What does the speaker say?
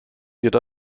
wird